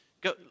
Go